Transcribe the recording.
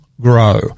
grow